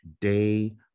day